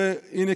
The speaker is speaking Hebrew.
הינה,